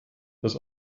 das